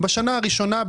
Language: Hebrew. בשנה הראשונה,